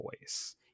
voice